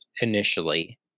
initially